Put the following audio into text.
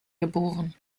geboren